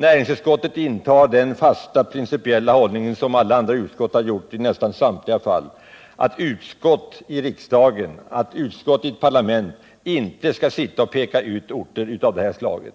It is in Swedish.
Näringsutskottet intar den fasta principiella hållning som alla andra utskott har gjort i nästan samtliga fall, att utskott i ett parlament inte skall sitta och peka ut orter på det här sättet.